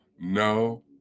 no